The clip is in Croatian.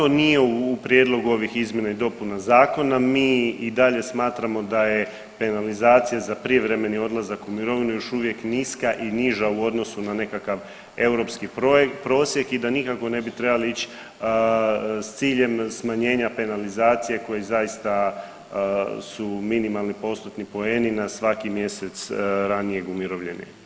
Pa to nije u prijedlogu ovih izmjena i dopuna Zakona, mi i dalje smatramo da je penalizacija prijevremeni odlazak u mirovinu još uvijek niska i niža u odnosu na nekakav europski prosjek i da nikako ne bi trebali ići s ciljem smanjenja penalizacije koji zaista su minimalni postotni poeni na svaki mjesec ranijeg umirovljenja.